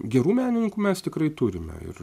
gerų menininkų mes tikrai turime ir